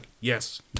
yes